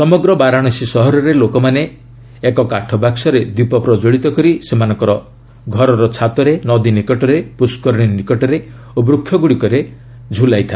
ସମଗ୍ର ବାରଣାସୀ ସହରରେ ଲୋକମାନେ ଏକ କାଠବାକ୍ସରେ ଦୀପ ପ୍ରଜ୍ଜଳିତ କରି ସେମାନଙ୍କର ଛାତରେ ନଦୀ ନିକଟରେ ପୁଷ୍କରିଣୀ ନିକଟରେ ଓ ବୃକ୍ଷଗୁଡ଼ିକରେ ଟଙ୍ଗାଇଛନ୍ତି